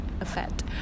effect